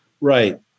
Right